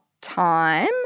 time